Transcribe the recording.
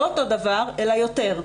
לא אותו דבר, אלא יותר.